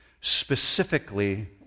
specifically